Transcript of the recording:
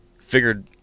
figured